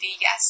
yes